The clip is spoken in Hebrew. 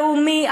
לאומי,